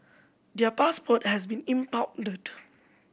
their passport has been impounded